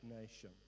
nation